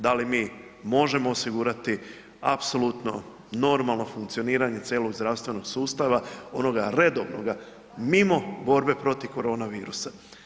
Da li mi možemo osigurati apsolutno normalno funkcioniranje cijelog zdravstvenog sustava, onoga redovnoga mimo borbe protiv koronavirusa.